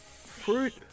Fruit